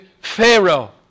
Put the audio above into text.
Pharaoh